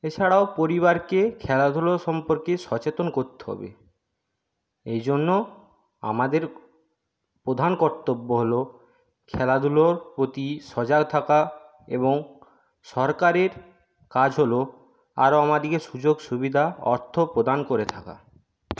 এছাড়াও পরিবারকে খেলাধুলো সম্পর্কে সচেতন করতে হবে এই জন্য আমাদের প্রধান কর্তব্য হলো খেলাধুলোর প্রতি সজাগ থাকা এবং সরকারের কাজ হলো আরো আমাদেরকে সুযোগ সুবিধা অর্থ প্রদান করে থাকা